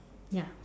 ya